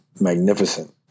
magnificent